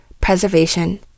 preservation